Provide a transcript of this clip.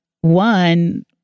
one